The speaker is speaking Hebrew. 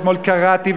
אתמול קראתי,